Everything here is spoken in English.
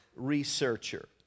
researcher